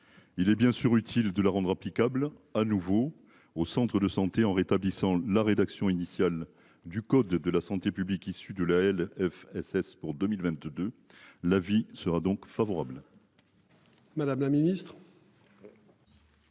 Il est bien sûr utile de la rendre applicable à nouveau au centre de santé en rétablissant la rédaction initiale du code de la santé publique issus de la L. F SS pour 2022, la vie sera donc favorable. Madame la Ministre.